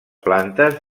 plantes